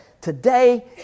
today